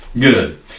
good